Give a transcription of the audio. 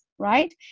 right